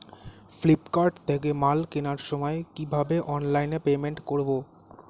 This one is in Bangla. ফ্লিপকার্ট থেকে মাল কেনার সময় কিভাবে অনলাইনে পেমেন্ট করব?